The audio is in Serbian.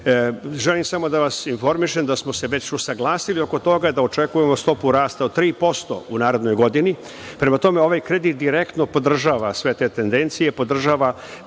samo da vas informišem da smo se već usaglasili oko toga, da očekujemo stopu rasta od 3% u narednoj godini. prema tome, ovaj kredit direktno podržava te tendencije, podržava